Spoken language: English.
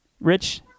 Rich